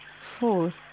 four